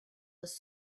was